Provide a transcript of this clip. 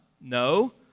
No